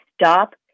stop